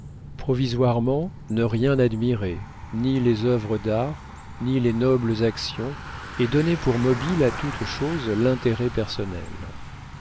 provisoirement ne rien admirer ni les œuvres d'art ni les nobles actions et donner pour mobile à toute chose l'intérêt personnel